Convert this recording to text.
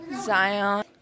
Zion